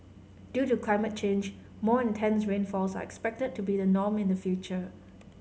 due to climate change more intense rainfalls are expected to be the norm in the future